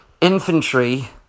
infantry